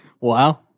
Wow